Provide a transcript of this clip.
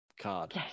card